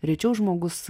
rečiau žmogus